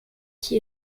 qui